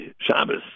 Shabbos